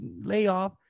layoff